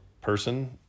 person